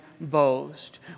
boast